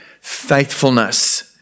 faithfulness